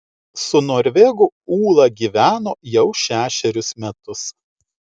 su norvegu ūla gyveno jau šešerius metus